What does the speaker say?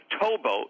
towboat